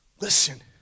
Listen